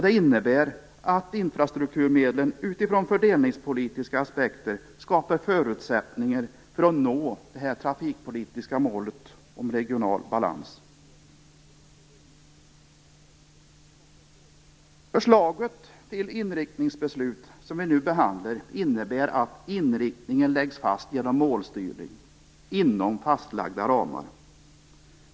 Det innebär vidare att infrastrukturmedlen utifrån fördelningspolitiska aspekter skapar förutsättningar att nå det trafikpolitiska målet om regional balans. Det förslag till inriktningsbeslut som vi nu behandlar innebär att inriktningen läggs fast genom målstyrning inom fastlagda ramar.